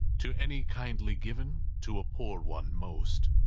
to any kindly given. to a poor one most.